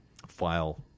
file